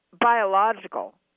biological